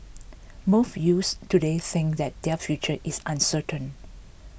most youths today think that their future is uncertain